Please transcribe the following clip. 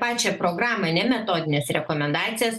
pačią programą ne metodines rekomendacijas